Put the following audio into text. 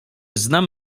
znam